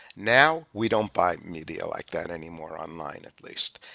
now, we don't buy media like that anymore online at least.